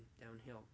downhill